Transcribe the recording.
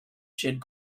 shed